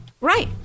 right